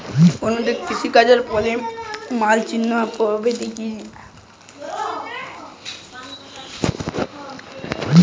আধুনিক কৃষিকাজে poly mulching পদ্ধতি কি?